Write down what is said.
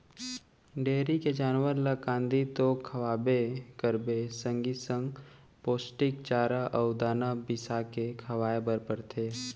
dairy के जानवर ल कांदी तो खवाबे करबे संगे संग पोस्टिक चारा अउ दाना बिसाके खवाए बर परथे